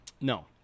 No